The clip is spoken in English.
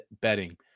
betting